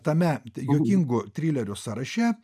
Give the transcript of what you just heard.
tame juokingų trilerių sąraše